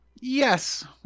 yes